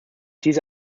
diese